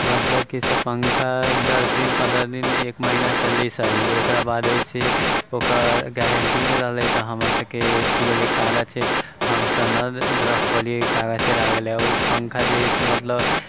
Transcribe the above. मतलब कि जे पंखा दस दिन पनरह दिन एक महिना चललै सही ओकरा बाद अइ से ओकर गारन्टीमे रहलै तऽ हमरा सबके कि होलै कागज छै हमसब नहि रखि पेलिए कागज हरा गेलै ओ पंखा जे हइ से मतलब